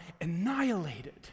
annihilated